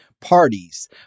parties